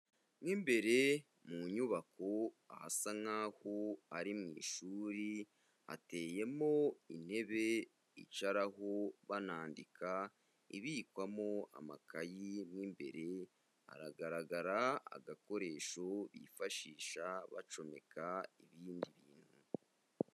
Mu imbere mu nyubako ahasa nk'aho ari mu ishuri, hateyemo intebe bicaraho banandika ibikwamo amakayi mu imbere haragaragara agakoresho bifashisha bacomeka ibindi bintu.